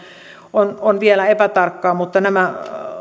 on on vielä epätarkkaa mutta nämä